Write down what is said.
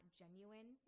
genuine